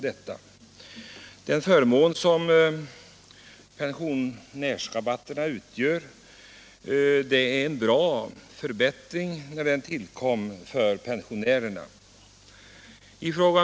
Den förmån som pensionärsrabatterna utgör innebar en stor förbättring för pensionärerna när den tillkom.